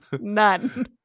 none